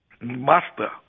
Master